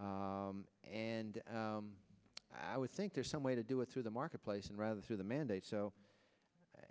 mandate and i would think there's some way to do it through the marketplace and rather the mandates